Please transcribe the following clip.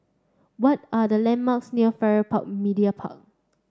what are the landmarks near Farrer Park Media Park